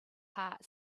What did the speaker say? heart